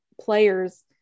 players